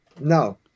No